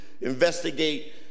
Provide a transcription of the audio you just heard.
investigate